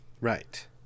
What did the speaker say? Right